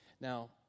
Now